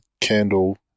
candle